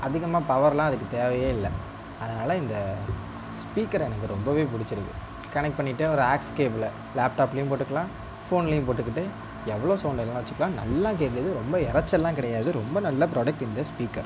அதிகமாக பவரெலாம் அதுக்கு தேவையே இல்லை அதனால் இந்த ஸ்பீக்கரை எனக்கு ரொம்பவே பிடிச்சிருக்கு கனெக்ட் பண்ணிவிட்டா ஒரு ஆக்ஸ் கேபிளில் லேப்டாப்லேயும் போட்டுக்கலாம் ஃபோன்லேயும் போட்டுக்கலாம் எவ்வளோ சவுண்ட் வேண்ணாலும் வச்சுக்கலாம் நல்லா கேட்குது ரொம்ப இறைச்சல்லாம் கிடையாது ரொம்ப நல்ல ப்ராடக்ட் இந்த ஸ்பீக்கர்